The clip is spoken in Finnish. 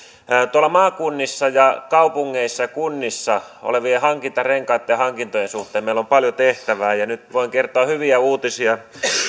maakunnissa kaupungeissa ja kunnissa olevien hankintarenkaitten hankintojen suhteen meillä on paljon tehtävää ja nyt voin kertoa hyviä uutisia